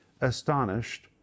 astonished